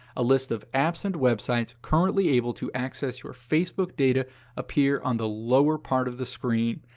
a list of apps and websites currently able to access your facebook data appear on the lower part of the screen.